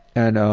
and